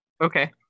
Okay